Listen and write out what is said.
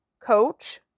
Coach